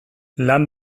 lan